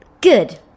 Good